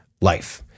life